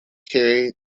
carried